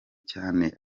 cyane